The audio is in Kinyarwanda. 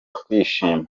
kwishima